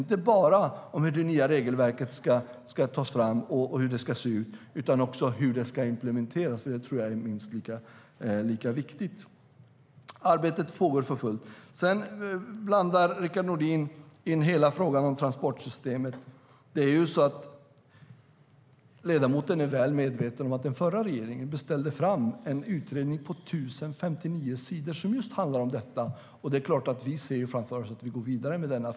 Det gäller inte bara hur det nya regelverket ska tas fram och se ut utan också hur det ska implementeras. Det tror jag är minst lika viktigt. Arbetet pågår för fullt. Sedan blandar Rickard Nordin in hela frågan om transportsystemet. Ledamoten är väl medveten om att den förra regeringen beställde en utredning på 1 059 sidor som just handlar om detta. Vi ser framför oss att vi går vidare med denna.